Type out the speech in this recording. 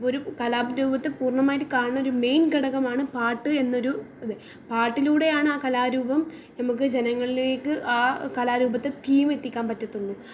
ഒരു കലാരൂപത്തെ പൂർണമായിട്ട് കാണുന്നൊരു മേയ്ൻ ഘടകമാണ് പാട്ട് എന്ന ഒരു ഇത് പാട്ടിലൂടെയാണ് ആ കലാരൂപം നമുക്ക് ജനങ്ങളിലേക്ക് ആ കലാരൂപത്തെ തീം എത്തിക്കാൻ പറ്റത്തൊള്ളു